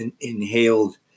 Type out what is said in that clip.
inhaled